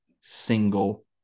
single